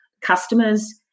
customers